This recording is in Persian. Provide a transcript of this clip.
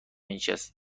مینشست